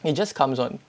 it just comes [one]